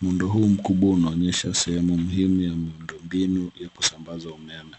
Muundo huu mkubwa unaonyesha sehemu muhimu ya miundo mbinu ya kusambaza umeme.